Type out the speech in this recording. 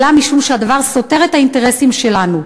אלא משום שהדבר סותר את האינטרסים שלנו.